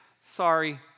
sorry